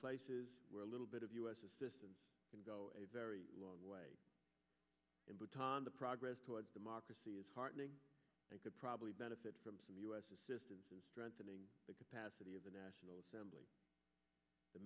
places where a little bit of u s assistance can go a very long way in bhutan the progress towards democracy is heartening they could probably benefit from some u s assistance is strengthening the capacity of the national assembly the